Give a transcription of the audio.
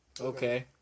Okay